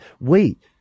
wait